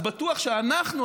אז בטוח שאנחנו,